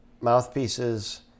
mouthpieces